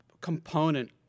component